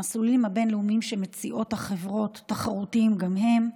המסלולים הבין-לאומיים שמציעות החברות תחרותיים גם הם.